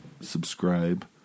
subscribe